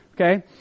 Okay